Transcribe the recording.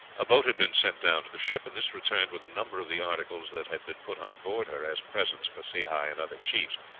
a boat had been sent down to the ship, and this returned with a number of the articles that had been put on board her as presents for sehi and other chiefs.